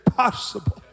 possible